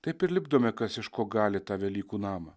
taip ir lipdome kas iš ko gali tą velykų namą